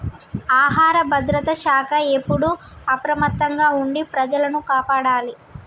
ఆహార భద్రత శాఖ ఎప్పుడు అప్రమత్తంగా ఉండి ప్రజలను కాపాడాలి